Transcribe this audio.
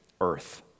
earth